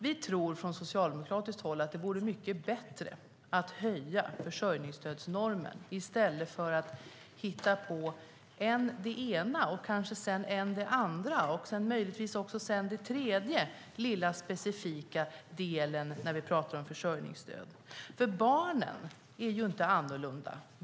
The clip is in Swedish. Vi tror, från socialdemokratiskt håll, att det vore mycket bättre att höja försörjningsstödsnormen i stället för att hitta på än den ena och än den andra och sedan möjligtvis också den tredje lilla specifika delen när det gäller försörjningsstöd. Barnen är inte annorlunda.